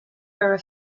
bearer